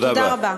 תודה רבה.